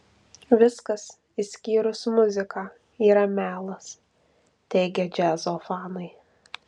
viskas išskyrus muziką yra melas teigia džiazo fanai